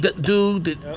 dude